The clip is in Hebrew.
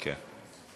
כן.